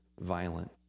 violent